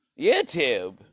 YouTube